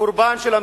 קורבן של המציאות,